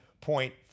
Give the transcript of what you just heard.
point